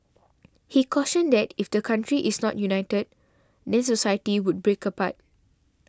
he cautioned that if the country is not united then society would break apart